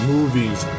Movies